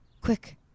Quick